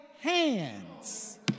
hands